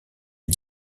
est